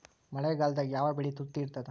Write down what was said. ಮಳೆಗಾಲದಾಗ ಯಾವ ಬೆಳಿ ತುಟ್ಟಿ ಇರ್ತದ?